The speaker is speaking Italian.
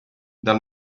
dal